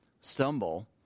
stumble